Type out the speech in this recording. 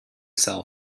sell